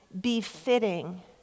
befitting